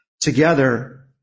together